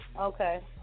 Okay